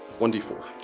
1d4